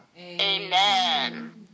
Amen